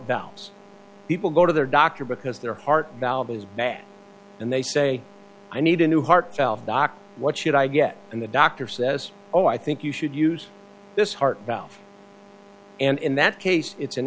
valves people go to their doctor because their heart valve is bad and they say i need a new heart valve doc what should i get and the doctor says oh i think you should use this heart valve and in that case it's an